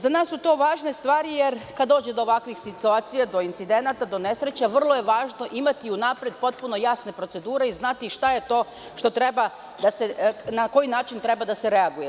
Za nas su to važne stvari jer kad dođe do ovakvih situacija, do incidenata, do nesreća vrlo je važno imati unapred potpuno jasne procedure i znati na koji način treba da se reaguje.